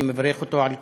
ואני מברך אותו על כך.